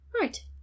right